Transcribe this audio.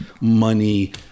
money